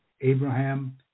Abraham